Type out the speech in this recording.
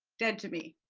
dead to me.